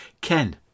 Ken